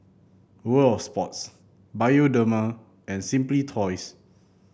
World Of Sports Bioderma and Simply Toys